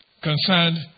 concerned